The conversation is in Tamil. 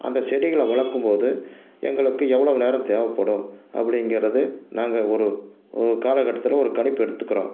அந்த செடிகளை வளர்க்கும்போது எங்களுக்கு எவ்வளவு நேரம் தேவைப்படும் அப்படிங்கறது நாங்கள் ஒரு ஒ காலக்கட்டத்தில் ஒரு கணிப்பு எடுத்துக்கிறோம்